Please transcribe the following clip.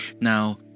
Now